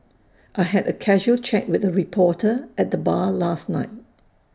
I had A casual chat with A reporter at the bar last night